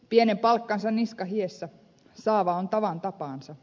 pienen palkkansa niska hiessä saava on tavan tapaansa